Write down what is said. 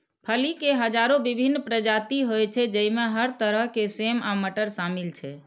फली के हजारो विभिन्न प्रजाति होइ छै, जइमे हर तरह के सेम आ मटर शामिल छै